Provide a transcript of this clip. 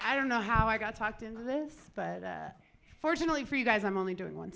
i don't know how i got sucked into this but fortunately for you guys i'm only doing one